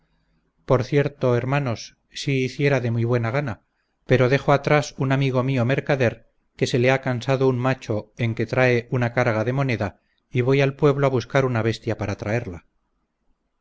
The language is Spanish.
por cierto hermanos sí hiciera de muy buena gana pero dejo atrás un amigo mío mercader que se le ha cansado un macho en que trae una carga de moneda y voy al pueblo a buscar una bestia para traerla